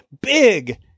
big